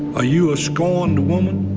are you a scorned woman?